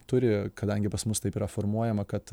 turi kadangi pas mus taip yra formuojama kad